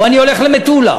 או אני הולך למטולה.